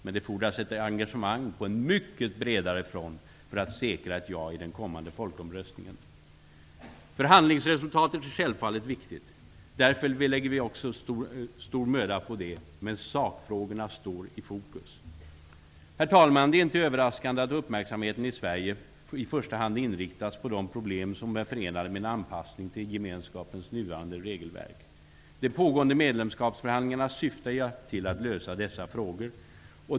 Men det fordras ett engagemang på en mycket bredare front för att säkra ett ja i den kommande folkomröstningen. Förhandlingsresultatet är självfallet viktigt. Därför lägger vi också ned stor möda på det. Men sakfrågorna står i fokus. Herr talman! Det är inte överraskande att uppmärksamheten i Sverige i första hand inriktas på de problem som är förenade med en anpassning till gemenskapens nuvarande regelverk. De pågående medlemskapsförhandlingarna syftar till att lösa dessa frågor.